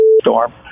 storm